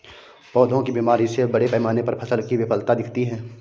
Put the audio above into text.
पौधों की बीमारी से बड़े पैमाने पर फसल की विफलता दिखती है